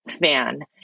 fan